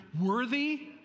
worthy